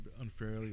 unfairly